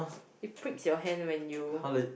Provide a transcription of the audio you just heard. it pricks your hand when you